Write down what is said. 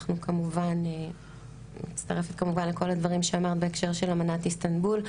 אני מצטרפת כמובן לכל הדברים שאמרת בהקשר של אמנת איסטנבול.